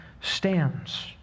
stands